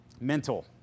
mental